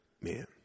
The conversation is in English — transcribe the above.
man